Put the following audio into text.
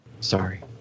Sorry